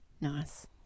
nice